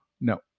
No